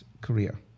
career